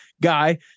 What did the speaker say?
Guy